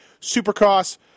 supercross